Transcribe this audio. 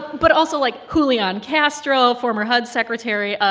but also, like, julian castro, former hud secretary, ah